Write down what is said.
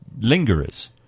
lingerers